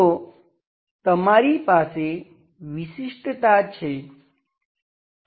તો તમારી પાસે વિશિષ્ટતા છે